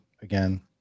again